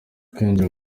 kwinjira